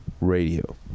radio